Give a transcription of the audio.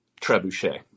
trebuchet